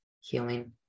healing